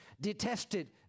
detested